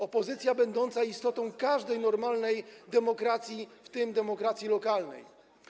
opozycja będąca istotą każdej normalnej demokracji, w tym demokracji lokalnej.